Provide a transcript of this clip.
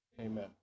Amen